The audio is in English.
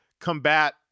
combat